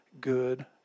good